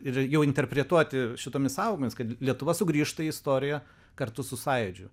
ir jau interpretuoti šitomis sąvokomis kad lietuva sugrįžta į istoriją kartu su sąjūdžiu